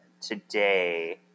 today